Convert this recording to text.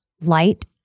Light